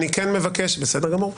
בסדר גמור.